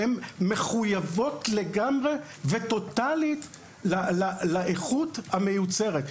הן מחויבות לגמרי וטוטלית לאיכות המיוצרת.